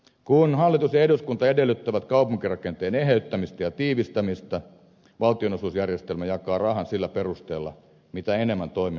kun hallitus ja eduskunta edellyttävät kaupunkirakenteen eheyttämistä ja tiivistämistä valtionosuusjärjestelmä jakaa rahan sillä perusteella mitä enemmän toiminnot ovat hajallaan